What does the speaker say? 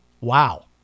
Wow